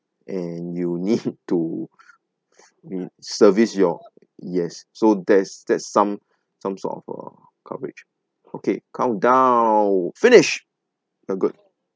and you need to nee~ service your yes so there's that's some some sort of uh coverage okay come down finish good